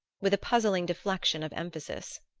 with a puzzling deflection of emphasis.